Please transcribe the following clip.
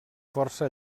força